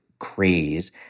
craze